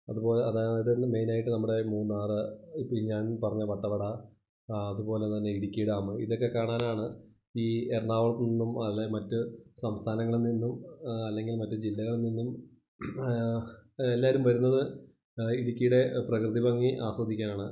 അതുപോലെ അതായത് മെയിൻ ആയിട്ട് നമ്മുടെ മൂന്നാറ് ഇപ്പ്ം ഈ ഞാന് പറഞ്ഞ വട്ടവട അതുപോലെ തന്നെ ഇടുക്കി ഡാം ഇതൊക്കെ കാണാനാണ് ഈ എറണാകുളത്തു നിന്നും അല്ലേ മറ്റു സംസ്ഥാനങ്ങളിൽ നിന്നും അല്ലെങ്കില് മറ്റ് ജില്ലകള് നിന്നും എല്ലാവരും വരുന്നത് ഇടുക്കിയുടെ പ്രകൃതി ഭംഗി ആസ്വദിക്കാനാണ്